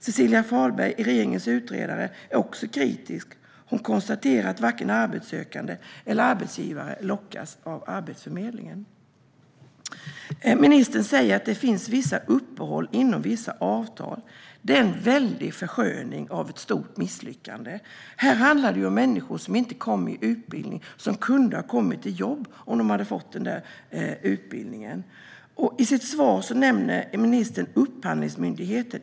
Cecilia Fahlberg, regeringens utredare, är också kritisk. Hon konstaterar att varken arbetssökande eller arbetsgivare lockas av Arbetsförmedlingen. Ministern sa att det finns vissa uppehåll inom vissa avtal. Det är en väldig försköning av ett stort misslyckande. Det handlar om människor som kunde ha kommit i utbildning och även i jobb, om de hade fått utbildningen. I sitt svar nämnde ministern Upphandlingsmyndigheten.